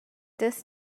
this